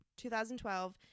2012